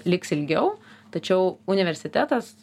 liks ilgiau tačiau universitetas